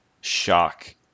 shock